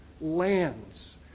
lands